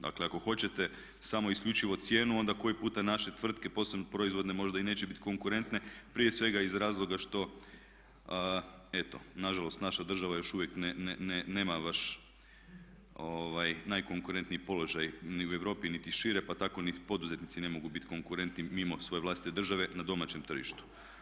Dakle, ako hoćete samo isključivo cijenu onda koji puta naše tvrtke posebno proizvodne možda i neće biti konkurentne, prije svega iz razloga što eto nažalost naša država još uvijek nema baš najkonkurentniji položaj ni u Europi niti šire pa tako niti poduzetnici ne mogu biti konkurentni mimo svoje vlastite države na domaćem tržištu.